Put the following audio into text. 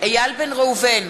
איל בן ראובן,